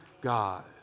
God